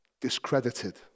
discredited